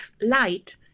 light